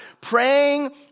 praying